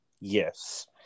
yes